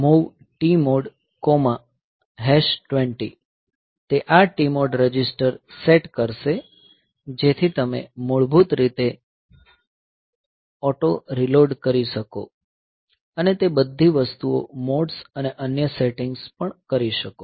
MOV TMOD20H તે આ TMOD register set કરશે જેથી તમે મૂળભૂત રીતે તે ઓટો રીલોડ કરી શકો અને તે બધી વસ્તુઓ મોડ્સ અને અન્ય સેટિંગ્સ પણ કરી શકો